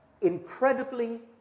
incredibly